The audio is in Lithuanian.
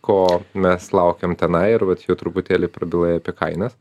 ko mes laukiam tenai ir vat jau truputėlį prabilai apie kainas